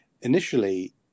initially